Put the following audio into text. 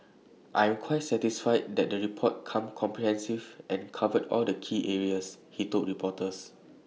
I am quite satisfied that the report is comprehensive and covered all the key areas he told reporters